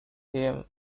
him